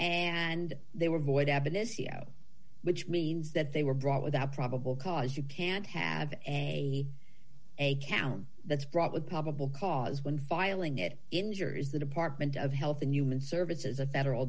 and they were void advocacy zero which means that they were brought without probable cause you can't have a count that's fraught with probable cause when filing it injures the department of health and human services a federal